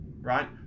Right